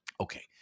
Okay